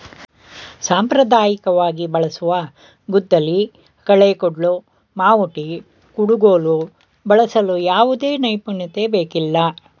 ಸಾಂಪ್ರದಾಯಿಕವಾಗಿ ಬಳಸುವ ಗುದ್ದಲಿ, ಕಳೆ ಕುಡ್ಲು, ಮಾವುಟಿ, ಕುಡುಗೋಲು ಬಳಸಲು ಯಾವುದೇ ನೈಪುಣ್ಯತೆ ಬೇಕಿಲ್ಲ